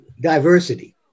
diversity